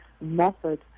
method